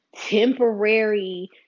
temporary